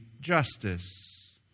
justice